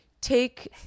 take